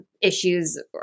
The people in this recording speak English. issues